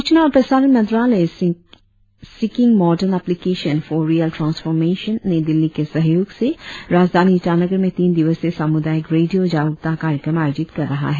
सूचना और प्रसारण मंत्रालय seeking modern application for real transformation New Delhi के सहयोग से राजधानी ईटानगर में तीन दिवसीय सामुदायिक रेडियों जागरुकता कार्यक्रम आयोजित कर रहा है